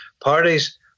parties